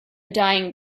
dying